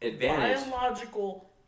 biological